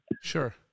Sure